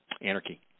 Anarchy